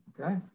Okay